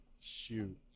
Shoot